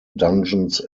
dungeons